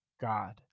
God